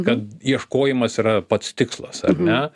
kad ieškojimas yra pats tikslas ar ne